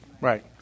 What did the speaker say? Right